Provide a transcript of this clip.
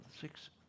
Six